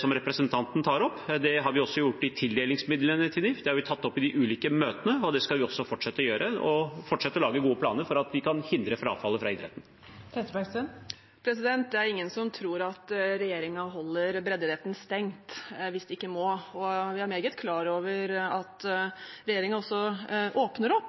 som representanten tar opp. Det har vi også gjort i forbindelse med tildelingsmidlene til NIF, og vi har tatt det opp i de ulike møtene. Det skal vi fortsette å gjøre, og vi skal fortsette å lage gode planer for å hindre frafallet i idretten. Det er ingen som tror at regjeringen holder breddeidretten stengt hvis de ikke må, og jeg er meget klar over at regjeringen også åpner opp